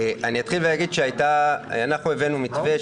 אני אתחיל ואגיד שאנחנו הבאנו מתווה,